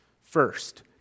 First